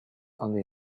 only